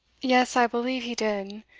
yes, i believe he did.